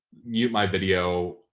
mute my video,